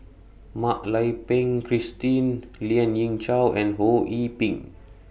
Mak Lai Peng Christine Lien Ying Chow and Ho Yee Ping